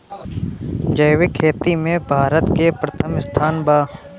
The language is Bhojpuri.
जैविक खेती में भारत के प्रथम स्थान बा